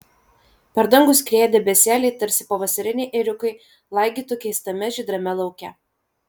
per dangų skrieja debesėliai tarsi pavasariniai ėriukai laigytų keistame žydrame lauke